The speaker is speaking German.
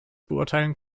beurteilen